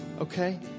Okay